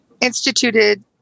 instituted